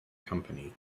company